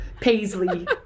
paisley